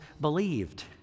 believed